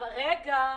רגע.